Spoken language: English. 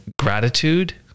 gratitude